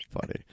Funny